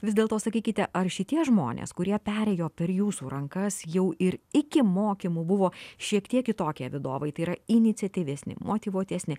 vis dėlto sakykite ar šitie žmonės kurie perėjo per jūsų rankas jau ir iki mokymų buvo šiek tiek kitokie vadovai tai yra iniciatyvesni motyvuotesni